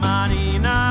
Marina